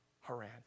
Haran